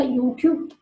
YouTube